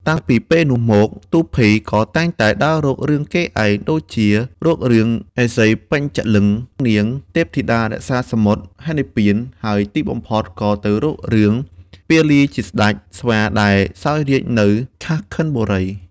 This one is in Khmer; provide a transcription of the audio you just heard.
តាំងពីពេលនោះមកទូភី ក៏តែងតែដើររករឿងគេឯង ដូចជារករឿង ឥសីបញ្ចាលឹង្គនាង ទេពធីតារក្សាសមុទ្រហេមពាន្ត ហើយទីបំផុតក៏ទៅរករឿង ពាលីជាស្តេចស្វាដែលសោយរាជ្យនៅ ខាស់ខិនបុរី។